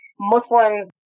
Muslims